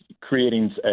creating